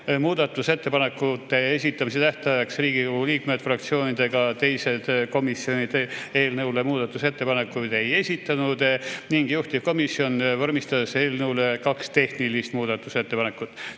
Muudatusettepanekute esitamise tähtajaks Riigikogu liikmed, fraktsioonid ega teised komisjonid eelnõu kohta muudatusettepanekuid ei esitanud ning juhtivkomisjon vormistas eelnõu kohta kaks tehnilist muudatusettepanekut.